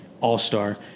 all-star